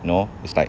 you know it's like